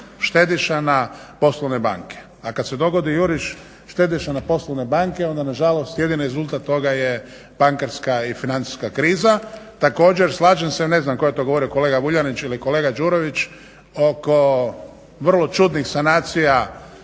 štediša na poslovne banke a kada se dogodi juriš štediša na poslovne banke onda nažalost jedini rezultat toga je bankarska i financijska kriza. Također slažem se ne znam tko je to govorio kolega Vuljanić ili kolega Đurović oko vrlo čudnih sanacija